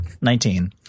Nineteen